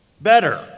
Better